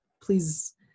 Please